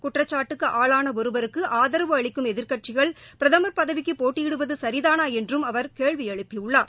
குற்றச்சாட்டுக்கு ஆளான ஒருவருக்கு ஆதரவு அளிக்கும் எதிர்க்கட்சிகள் பிரதமர் பதவிக்கு போட்டியிடுவது சரிதானா என்றும் அவர் கேள்வி எழுப்பியுள்ளார்